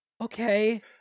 okay